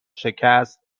شکست